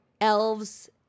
elves